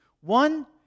One